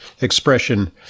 expression